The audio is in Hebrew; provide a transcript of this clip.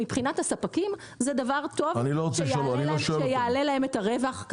מבחינת הספקים זה דבר טוב שיעלה להם את הרווח.